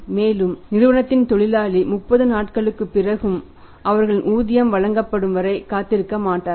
மேலும் நிறுவனத்தின் தொழிலாளி 30 நாட்களுக்குப் பிறகும் அவர்களின் ஊதியம் வழங்கப்படும் வரை காத்திருக்க மாட்டார்கள்